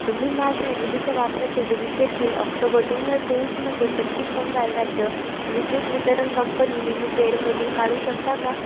तुम्ही माझ्या विजेच्या वापराचे डुब्लिकेट बिल ऑक्टोबर दोन हजार तेवीसमध्ये पश्चिम बंगाल राज्य विद्युत वितरण कंपनी लिमिटेडमधून काढू शकता का